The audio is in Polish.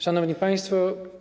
Szanowni Państwo!